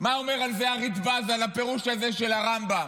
מה אומר הזה הרדב"ז, על הפירוש הזה של הרמב"ם: